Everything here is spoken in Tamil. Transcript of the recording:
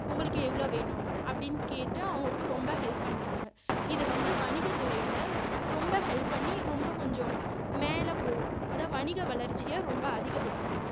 உங்களுக்கு எவ்வளோ வேணும் அப்படின்னு கேட்டு அவங்களுக்கு ரொம்ப ஹெல்ப் பண்ணுறாங்க இது வந்து வணிகத் துறையில் ரொம்ப ஹெல்ப் பண்ணி ரொம்ப கொஞ்சம் மேலே போகும் அதுதான் வணிக வளர்ச்சியை ரொம்ப அதிகப்படுத்தும்